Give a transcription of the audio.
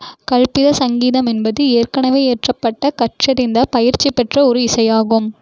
கல்பித சங்கீதம் என்பது ஏற்கனவே இயற்றப்பட்ட கற்றறிந்த பயிற்சி பெற்ற ஒரு இசை ஆகும்